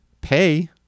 pay